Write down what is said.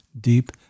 deep